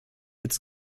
its